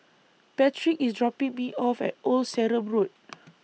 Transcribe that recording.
Patrick IS dropping Me off At Old Sarum Road